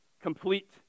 complete